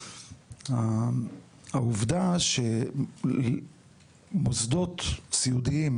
העובדה שמוסדות סיעודיים,